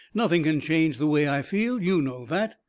nothing can change the way i feel. you know that.